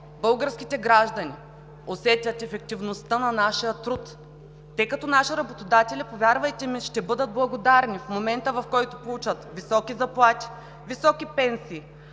българските граждани усетят ефективността на нашия труд. Те като наши работодатели, повярвайте ми, ще бъдат благодарни в момента, в който получат високи заплати, високи пенсии,